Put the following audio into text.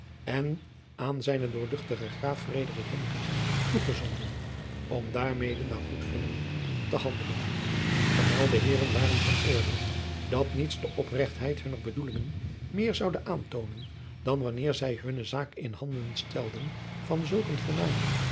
en aan zijne doorl graaf frederik hendrik toegezonden om daarmede naar goedvinden te handelen gemelde heeren waren van oordeel dat niets de oprechtjacob van lennep de pleegzoon heid hunner bedoelingen meer zoude aantoonen dan wanneer zij hunne zaak in handen stelden van zulk een voornamen